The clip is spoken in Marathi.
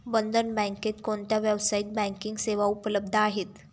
बंधन बँकेत कोणत्या व्यावसायिक बँकिंग सेवा उपलब्ध आहेत?